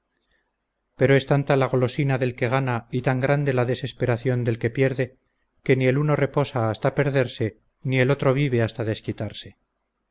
pero es tanta la golosina del que gana y tan grande la desesperación del que pierde que ni el uno reposa hasta perderse ni el otro vive hasta desquitarse